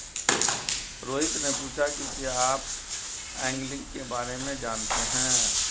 रोहित ने पूछा कि क्या आप एंगलिंग के बारे में जानते हैं?